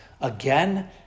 again